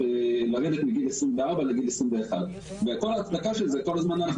לרדת מגיל 24 לגיל 21. וההצדקה של זה כל הזמן אנחנו